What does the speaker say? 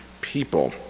people